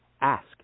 Ask